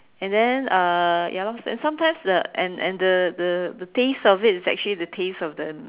and then uh ya lor then sometimes the and and the the the taste of it is actually the taste of the